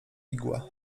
igła